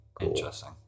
interesting